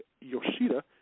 Yoshida